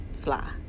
fly